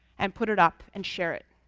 and put it up and share it?